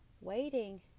waiting